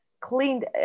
cleaned